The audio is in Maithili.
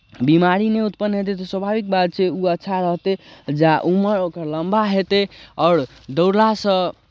बीमारी नहि उत्पन्न हेतै तऽ स्वाभाविक बात छै ओ अच्छा रहतै जा उमर ओकर लम्बा हेतै आओर दौड़लासँ